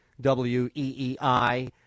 W-E-E-I